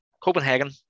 Copenhagen